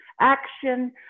action